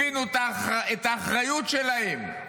הבינו את האחריות שלהם,